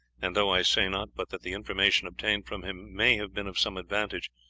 and though i say not but that the information obtained from him may have been of some advantage,